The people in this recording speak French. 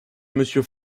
monsieur